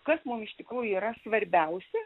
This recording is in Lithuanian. kas mum iš tikrųjų yra svarbiausia